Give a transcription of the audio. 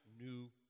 new